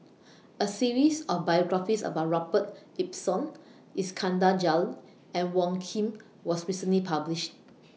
A series of biographies about Robert Ibbetson Iskandar Jalil and Wong Keen was recently published